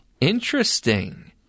Interesting